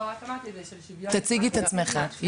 תציגי את עצמך.